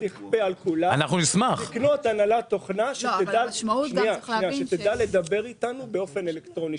תכפה על כולם לקנות הנהלת תוכנה שתדע לדבר איתנו באופן אלקטרוני.